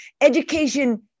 education